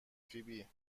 فیبی